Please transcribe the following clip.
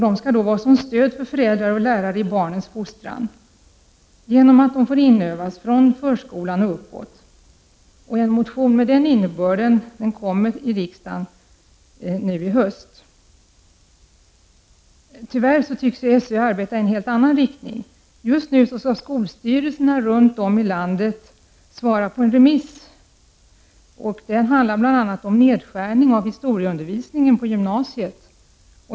De skall utgöra ett stöd för föräldrar och lärare i bar nens fostran, genom att de får inövas från förskolan och uppåt. En motion med den innebörden kommer riksdagen att få ta ställning till under hösten. Tyvärr tycks SÖ arbeta i en helt annan riktning. Just nu skall skolstyrelserna runt om i landet besvara en remiss som bl.a. handlar om förslag om nedskärning av historieundervisningen på gymnasiet.